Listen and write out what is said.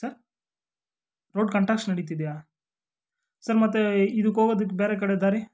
sir road construction ನಡೀತಿದೆಯಾ sir ಮತ್ತೇ ಇದಕ್ಕೆ ಹೋಗೋದಕ್ಕೆ ಬೇರೆ ಕಡೆ ದಾರಿ